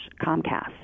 Comcast